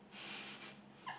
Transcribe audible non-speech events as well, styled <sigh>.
<laughs>